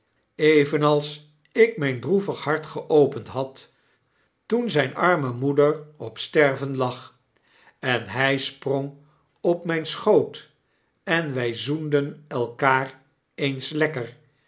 evenals ikmyndroevig hart geopend had toen zyne arme moeder op sterven lag en hij sprong op myn schoot en wij zoenden elkaar eens lekker